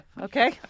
Okay